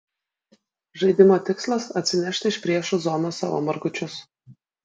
žaidimo tikslas atsinešti iš priešų zonos savo margučius